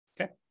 Okay